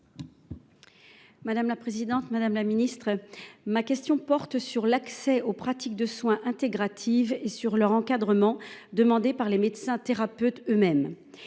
des solidarités. Madame la ministre, ma question porte sur l’accès aux pratiques de soins intégratives et sur leur encadrement, demandé par les médecins thérapeutes eux mêmes.